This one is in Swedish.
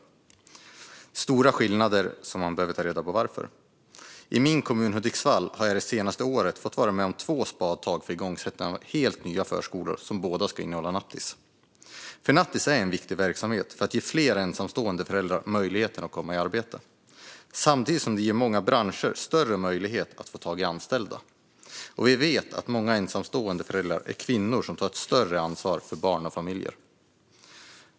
Det är stora skillnader. Man behöver ta reda på varför. I min kommun, Hudiksvall, har jag det senaste året fått vara med om två spadtag för igångsättande av helt nya förskolor som båda ska innehålla nattis. Nattis är en viktig verksamhet för att ge fler ensamstående föräldrar möjligheten att komma i arbete samtidigt som det ger många branscher större möjlighet att få tag i anställda. Och vi vet att många ensamstående föräldrar är kvinnor som tar ett större ansvar för barn och familjer.